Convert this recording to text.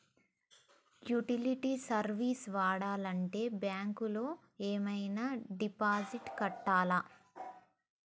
Utility service వాడాలంటే bank లో ఏమైనా డిపాజిట్ కట్టాలా?